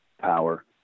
power